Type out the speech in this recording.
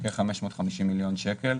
כ-550 מיליון שקל,